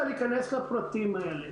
להיכנס לפרטים האלה.